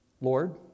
Lord